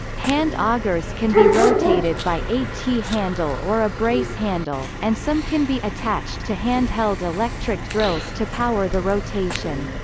hand augers can be rotated by a t handle or a brace handle, and some can be attached to handheld electric drills to power the rotation.